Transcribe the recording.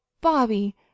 Bobby